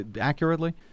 accurately